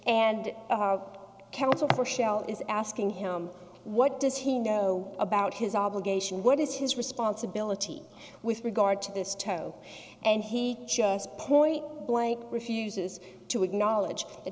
shell is asking him what does he know about his obligation what is his responsibility with regard to this toe and he just point blank refuses to acknowledge that